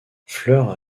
fleurs